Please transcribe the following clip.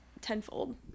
tenfold